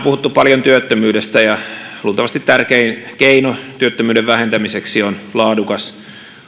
puhuttu paljon työttömyydestä ja luultavasti tärkein keino työttömyyden vähentämiseksi on laadukas